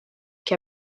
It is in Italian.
che